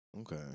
Okay